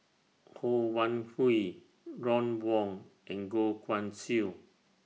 Ho Wan Hui Ron Wong and Goh Guan Siew